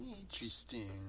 Interesting